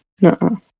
No